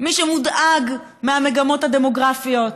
למי שמודאג מהמגמות הדמוגרפיות.